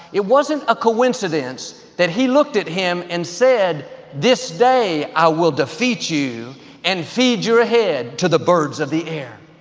it wasn't a coincidence that he looked at him and said, this day i will defeat you and feed your head to the birds of the air.